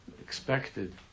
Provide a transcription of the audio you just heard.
expected